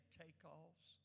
takeoffs